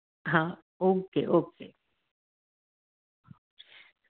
हाँ okay okay